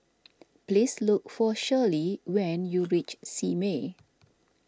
please look for Shirlee when you reach Simei